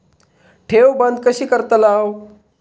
ठेव बंद कशी करतलव?